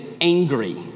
angry